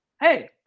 hey